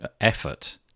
effort